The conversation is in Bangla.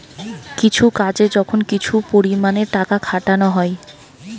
কিছু কাজে যখন কিছু পরিমাণে টাকা খাটানা হয়